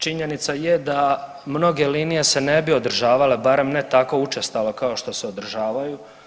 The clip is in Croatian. Činjenica je da mnoge linije se ne bi održavale barem ne tako učestalo kao što se održavaju.